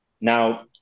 Now